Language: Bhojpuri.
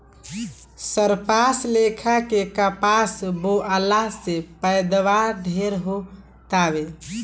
सरपास लेखा के कपास बोअला से पैदावार ढेरे हो तावे